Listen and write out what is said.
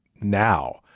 now